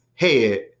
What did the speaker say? head